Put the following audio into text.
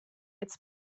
its